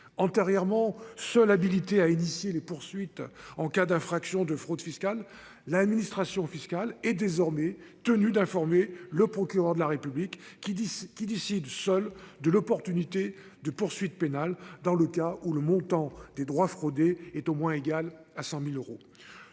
antérieurement, seule habilitée à initier les poursuites en cas d'infraction de fraude fiscale. L'administration fiscale est désormais tenu d'informer le procureur de la République qui dit qui décide seule de l'opportunité de poursuites pénales. Dans le cas où le montant des droits fraudés est au moins égale à 100.000 euros